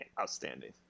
outstanding